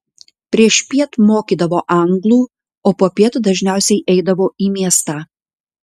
priešpiet mokydavo anglų o popiet dažniausiai eidavo į miestą